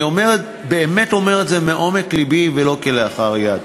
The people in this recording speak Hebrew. אני באמת אומר את זה מעומק לבי ולא כלאחר יד,